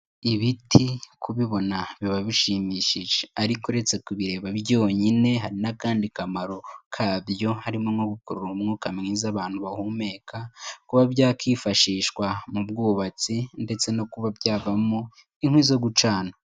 Ibiti kubibona biba bishimishije ariko uretse kubireba byonyine, hari n'akandi kamaro kabyo harimo nko gukurura umwuka mwiza abantu bahumeka, kuba byakifashishwa mu bwubatsi ndetse no kuba byavamo inkwi zo gucana.